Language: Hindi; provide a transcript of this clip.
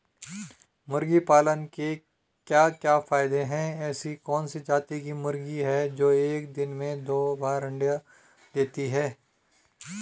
मुर्गी पालन के क्या क्या फायदे हैं ऐसी कौन सी जाती की मुर्गी है जो एक दिन में दो बार अंडा देती है?